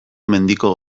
mendiko